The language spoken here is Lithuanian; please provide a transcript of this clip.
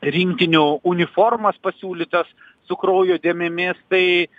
rinktinių uniformas pasiūlytas su kraujo dėmėmis tai